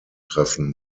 treffen